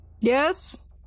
Yes